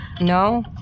No